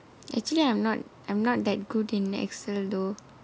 actually I'm not I'm not that good in Excel though